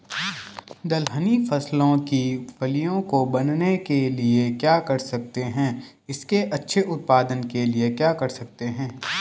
दलहनी फसलों की फलियों को बनने के लिए क्या कर सकते हैं इसके अच्छे उत्पादन के लिए क्या कर सकते हैं?